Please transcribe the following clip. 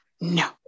no